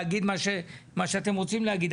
החוק; אפשר להגיד את מה שאתם רוצים להגיד,